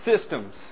systems